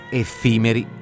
effimeri